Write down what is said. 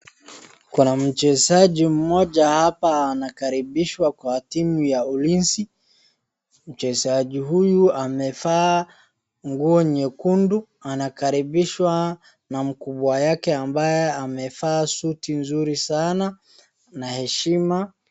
Kuna mchezaji mmoja hapa anakaribishwa kwa timu ya Ulinzi. Mchezaji huyu amevaa nguo nyekundu anakaribishwa na mkubwa yake ambaye amevaa suti nzuri sana na heshima.